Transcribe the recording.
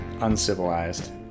Uncivilized